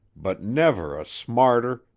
but never a smarter,